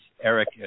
Eric